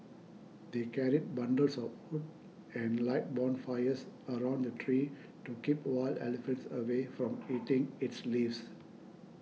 they carried bundles of wood and light bonfires around the tree to keep wild elephants away from eating its leaves